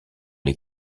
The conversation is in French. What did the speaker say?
les